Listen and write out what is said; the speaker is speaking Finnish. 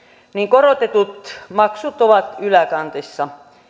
korotetut maksut ovat yläkantissa